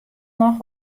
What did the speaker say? noch